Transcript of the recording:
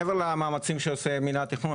מעבר למאמצים שעושה מינהל התכנון.